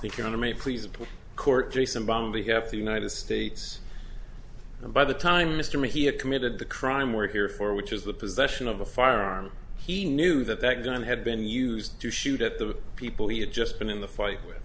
boehm economy please pull court jason brown behalf of the united states and by the time mr me he had committed the crime we're here for which is the possession of a firearm he knew that that gun had been used to shoot at the people he had just been in the fight with